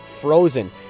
Frozen